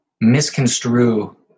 misconstrue